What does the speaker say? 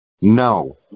no